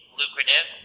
lucrative